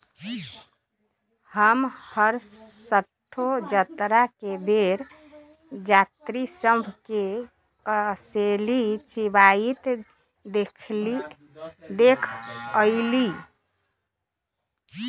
हम हरसठ्ठो जतरा के बेर जात्रि सभ के कसेली चिबाइत देखइलइ